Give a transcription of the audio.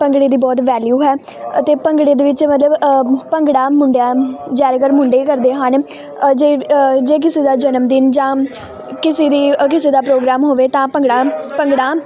ਭੰਗੜੇ ਦੀ ਬਹੁਤ ਵੈਲਿਊ ਹੈ ਅਤੇ ਭੰਗੜੇ ਦੇ ਵਿੱਚ ਮਤਲਬ ਭੰਗੜਾ ਮੁੰਡਿਆਂ ਜ਼ਿਆਦਾਤਰ ਮੁੰਡੇ ਹੀ ਕਰਦੇ ਹਨ ਅ ਜੇ ਜੇ ਕਿਸੇ ਦਾ ਜਨਮ ਦਿਨ ਜਾਂ ਕਿਸੇ ਦੀ ਅ ਕਿਸੇ ਦਾ ਪ੍ਰੋਗਰਾਮ ਹੋਵੇ ਤਾਂ ਭੰਗੜਾ ਭੰਗੜਾ